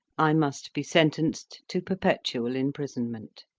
i must be sentenced to perpetual imprison ment